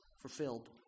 fulfilled